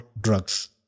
drugs